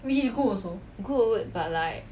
good but like